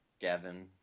Gavin